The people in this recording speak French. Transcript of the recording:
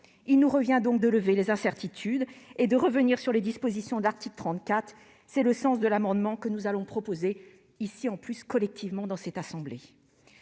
Il nous revient donc de lever les incertitudes et de revenir sur les dispositions de l'article 34 : tel est le sens des amendements que nous défendrons collectivement dans cette assemblée.